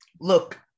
Look